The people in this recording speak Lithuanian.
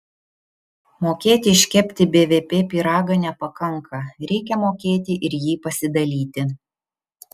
mokėti iškepti bvp pyragą nepakanka reikia mokėti ir jį pasidalyti